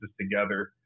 together